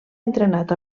entrenat